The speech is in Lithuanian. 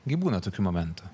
gi būna tokių momentų